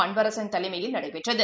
அன்பரசன் தலைமையில் நடைபெற்றது